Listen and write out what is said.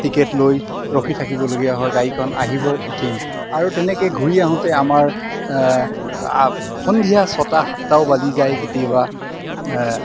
ticket লৈ ৰখি থাকিবলগীয়া হয় গাড়ীখন আহিব উঠিম আৰু তেনেকৈ ঘূৰি আহোঁতে আমাৰ সন্ধিয়া ছটা সাতটাও বাজি যায় কেতিয়াবা